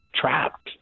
trapped